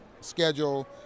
schedule